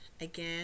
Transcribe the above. again